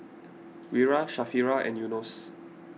Wira Sharifah and Yunos